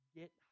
get